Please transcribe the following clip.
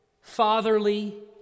fatherly